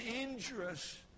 injurious